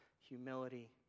Humility